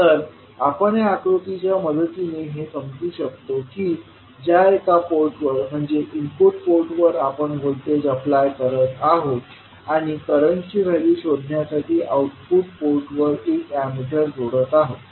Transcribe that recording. तर आपण या आकृतीच्या मदतीने हे समजू शकतो की ज्या एका पोर्टवर म्हणजे इनपुट पोर्टवर आपण व्होल्टेज अप्लाय करत आहोत आणि करंटची व्हॅल्यू शोधण्यासाठी आउटपुट पोर्टवर एक एमीटर जोडत आहोत